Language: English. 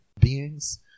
beings